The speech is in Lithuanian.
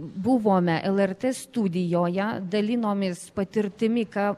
buvome lrt studijoje dalinomės patirtimi ką